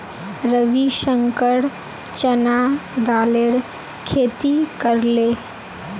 रविशंकर चना दालेर खेती करले